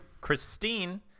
Christine